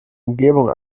umwelt